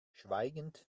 schweigend